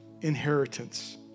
inheritance